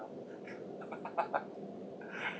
you know